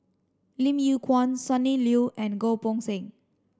Lim Yew Kuan Sonny Liew and Goh Poh Seng